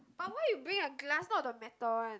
but why you bring a glass not the metal one